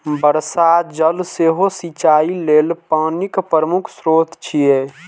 वर्षा जल सेहो सिंचाइ लेल पानिक प्रमुख स्रोत छियै